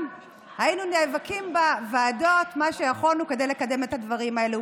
היינו נאבקים בוועדות במה שיכולנו כדי לקדם את הדברים האלה.